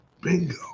Bingo